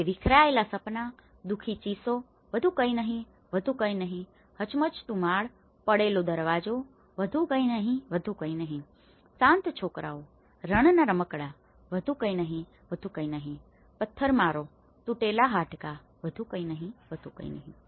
તે વિખરાયેલા સપના દુખી ચીસો વધુ કંઇ નહીં વધુ કંઇ નહીં હચમચતું માળ પડેલો દરવાજો વધુ કંઇ નહીં વધુ કંઇ નહીં શાંત છોકરાઓ રણના રમકડાં વધુ કંઇ નહીં વધુ કંઇ નહીં પથ્થરમારો તૂટેલા હાડકાં વધુ કંઇ નહીં વધુ કંઇ નહીં